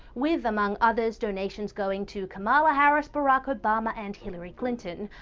with among others, donations going to kamala harris, barack obama, and hillary clinton.